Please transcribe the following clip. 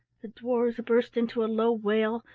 the dwarfs burst into a low wail,